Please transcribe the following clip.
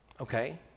Okay